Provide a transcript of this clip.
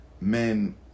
men